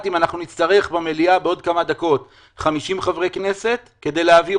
האם נצטרך במליאה בעוד כמה דקות 50 חברי כנסת כדי להעביר